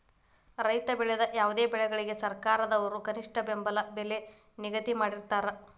ರೈತ ಬೆಳೆದ ಯಾವುದೇ ಬೆಳೆಗಳಿಗೆ ಸರ್ಕಾರದವ್ರು ಕನಿಷ್ಠ ಬೆಂಬಲ ಬೆಲೆ ನ ನಿಗದಿ ಮಾಡಿರ್ತಾರ